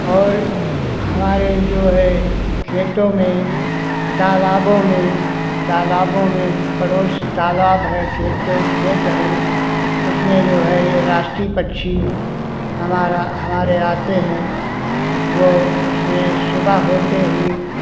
और हमारे जो है खेतों में तालाबों में तालाबों में पड़ोस तालाब है खेतों खेत हैं उसमें जो है राष्ट्रीय पक्षी हमारा हमारे आते है वो उसमें सुबह होते ही